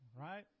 Right